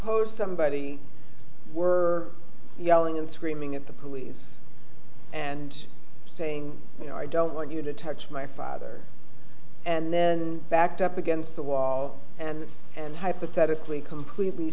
is somebody were yelling and screaming at the police and saying you know i don't want you to touch my father and then backed up against the wall and hypothetically completely